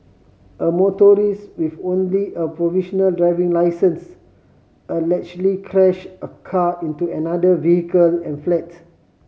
a motorist with only a provisional driving licence allegedly crashed a car into another vehicle and fled